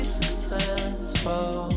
successful